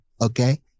okay